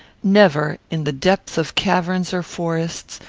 never, in the depth of caverns or forests,